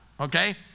okay